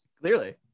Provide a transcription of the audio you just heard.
Clearly